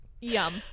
yum